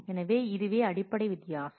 எனவே இதுவே அடிப்படை வித்தியாசம்